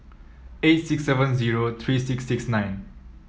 eight six seven zero three six six nine